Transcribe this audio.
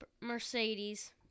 Mercedes